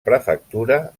prefectura